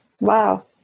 Wow